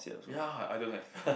ya I don't have